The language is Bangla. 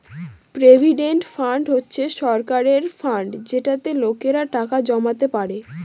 প্রভিডেন্ট ফান্ড হচ্ছে সরকারের ফান্ড যেটাতে লোকেরা টাকা জমাতে পারে